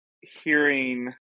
hearing